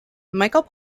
michael